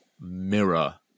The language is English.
mirror